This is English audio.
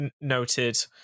noted